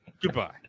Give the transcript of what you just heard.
goodbye